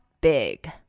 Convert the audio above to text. big